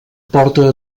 porta